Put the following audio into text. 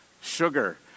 sugar